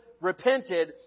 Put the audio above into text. repented